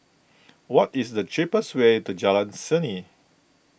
what is the cheapest way to Jalan Seni